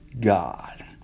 God